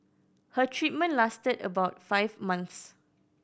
her treatment lasted about five months